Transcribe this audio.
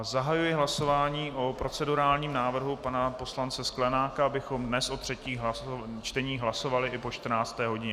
Zahajuji hlasování o procedurálním návrhu pana poslance Sklenáka, abychom dnes o třetích čteních hlasovali i po 14. hodině.